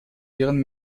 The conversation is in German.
ihren